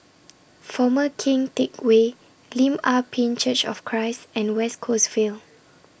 Former Keng Teck Whay Lim Ah Pin Church of Christ and West Coast Vale